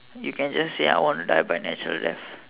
you can just say I want to die by natural death